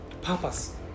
purpose